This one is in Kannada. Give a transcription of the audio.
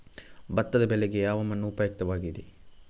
ಭತ್ತದ ಬೆಳೆಗೆ ಯಾವ ಮಣ್ಣು ಉಪಯುಕ್ತವಾಗಿದೆ?